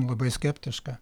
labai skeptiška